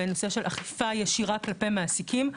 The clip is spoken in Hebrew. בנושא של אכיפה ישירה כלפי מעסיקים,